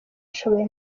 nshoboye